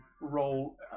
role